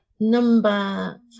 Number